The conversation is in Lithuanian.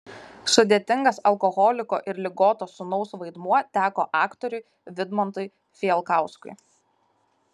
sudėtingas alkoholiko ir ligoto sūnaus vaidmuo teko aktoriui vidmantui fijalkauskui